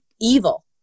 evil